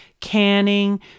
canning